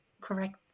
correct